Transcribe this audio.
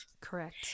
Correct